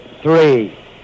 three